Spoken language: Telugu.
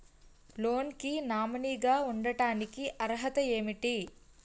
లోన్ కి నామినీ గా ఉండటానికి అర్హత ఏమిటి?